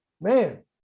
man